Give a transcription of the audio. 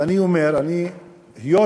היות